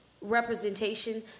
representation